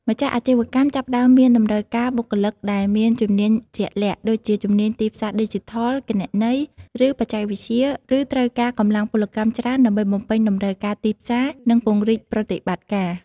ម្ចាស់អាជីវកម្មចាប់ផ្តើមមានតម្រូវការបុគ្គលិកដែលមានជំនាញជាក់លាក់ ដូចជាជំនាញទីផ្សារឌីជីថល គណនេយ្យ ឬបច្ចេកវិទ្យា ឬត្រូវការកម្លាំងពលកម្មច្រើនដើម្បីបំពេញតម្រូវការទីផ្សារ និងពង្រីកប្រតិបត្តិការ។